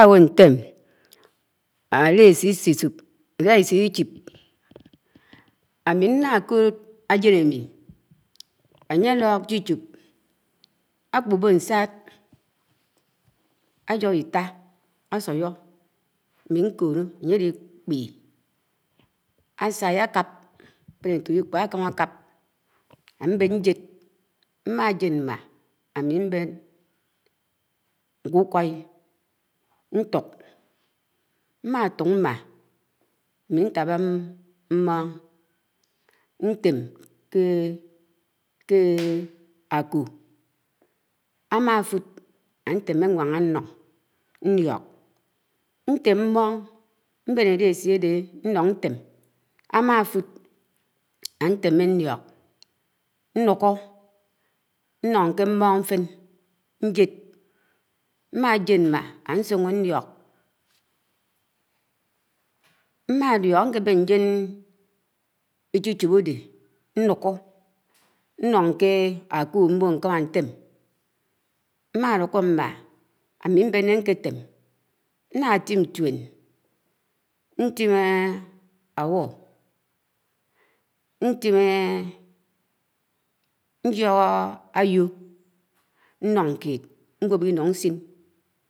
Mmáẃọ ṉtém álési lch́ip, ámi nlá kód ájen am̱i ánye álo̱k lchic̄họp ákpúho̱ nsād, àjo̱ho̱ Itá ásuẖo ámi ṉko̱no̱ ánýe àlik̄pie, asáy, àkáp, abe̱n eto̱kíkw̄a ákómá ákáp. ábe̱n ñjéd, mm̱ájéd mm̱á ám̱i mbéṉ nkúkw̄ay ntuk, mma tuk mma ámi ntáhá mmon ntém ké áko, ám̱áfúd ateme nwáhá nloṉ ndíok. ṉte̱m mm̱om m̱bén álesi áde nlo̱n ṉtem. Ámáfúd ateḿe nlíok, nlúko nlo̱n ke mm̱on nf̱en njed mmáje̱d mm̱á, ásúho ṉliōk. Mm̱á líok akébén ṉjien nlcíchop áde nlúko̱ nlo̱n ké áko̱ mm̱o ṉkámá ntém̱, m̱ma tim̱ ntúen, ntim̱ áwo, ṉjiók aýo nlón kéd.